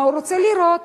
מה הוא רוצה לראות.